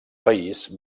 país